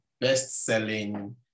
best-selling